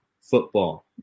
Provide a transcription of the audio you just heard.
football